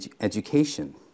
education